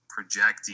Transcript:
projecting